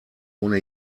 ohne